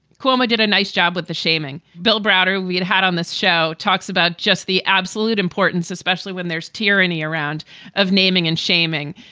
coloma did a nice job with the shaming. bill browder we had had on this show talks about just the. um solute importance, especially when there's tyranny around of naming and shaming.